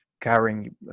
carrying